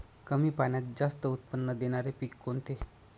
कमी पाण्यात जास्त उत्त्पन्न देणारे पीक कोणते?